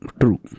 True